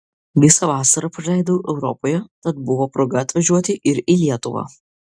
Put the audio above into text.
visą vasarą praleidau europoje tad buvo proga atvažiuoti ir į lietuvą